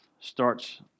starts